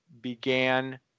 began